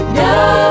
no